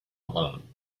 alone